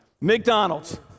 McDonald's